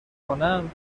کنم